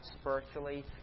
spiritually